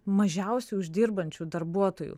mažiausiai uždirbančių darbuotojų